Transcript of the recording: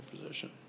position